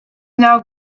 now